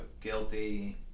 guilty